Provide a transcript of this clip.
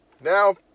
Now